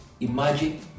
Imagine